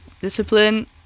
discipline